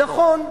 נכון,